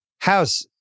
House